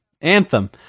anthem